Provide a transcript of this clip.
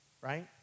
right